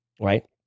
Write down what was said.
right